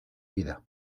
vida